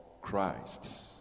Christ